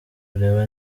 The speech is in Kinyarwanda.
kureba